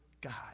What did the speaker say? God